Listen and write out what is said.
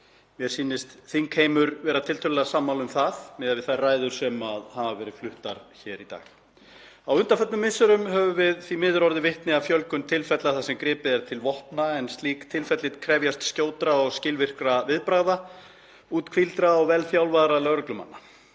Mér sýnist þingheimur vera tiltölulega sammála um það, miðað við þær ræður sem hafa verið fluttar hér í dag. Á undanförnum misserum höfum við því miður orðið vitni að fjölgun tilfella þar sem gripið er til vopna en slík tilfelli krefjast skjótra og skilvirkra viðbragða úthvíldra og vel þjálfaðra lögreglumanna.